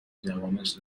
جوانش